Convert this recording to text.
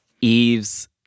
Eve's